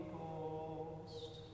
Ghost